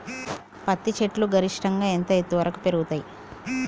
పత్తి చెట్లు గరిష్టంగా ఎంత ఎత్తు వరకు పెరుగుతయ్?